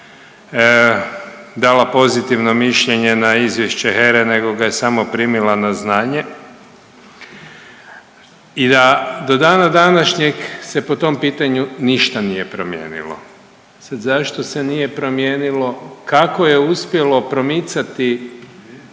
nije dala pozitivno mišljenje na izvješće HERA-e nego ga je samo primila na znanje i da do dana današnjeg se po tom pitanju ništa nije promijenilo. Sad zašto se nije promijenilo? Kako je uspjelo promicati